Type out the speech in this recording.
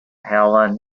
helen